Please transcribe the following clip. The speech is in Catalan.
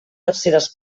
terceres